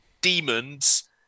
demons